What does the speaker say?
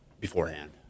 beforehand